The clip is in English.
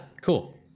cool